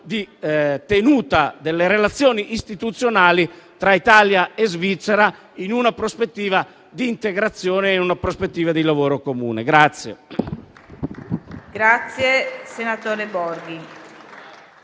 di tenuta delle relazioni istituzionali tra Italia e Svizzera, in una prospettiva di integrazione e di lavoro comune.